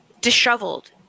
disheveled